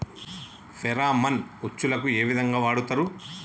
Pheromone ఉచ్చులకు ఏ విధంగా వాడుతరు?